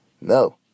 No